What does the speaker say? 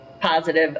positive